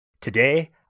Today